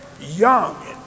young